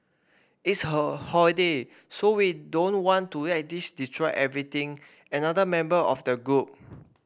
it's holiday so we don't want to let this destroy everything another member of the group